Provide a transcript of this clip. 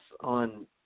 on